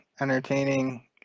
entertaining